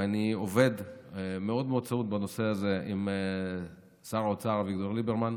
ואני עובד מאוד מאוד צמוד בנושא הזה עם שר האוצר אביגדור ליברמן,